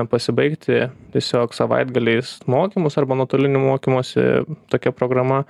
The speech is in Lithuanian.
pasibaigti tiesiog savaitgaliais mokymus arba nuotolinio mokymosi tokia programa